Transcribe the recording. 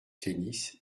tennis